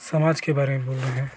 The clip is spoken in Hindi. समाज के बारे में बोल रहे हैं